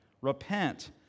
repent